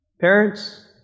Parents